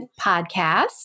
podcast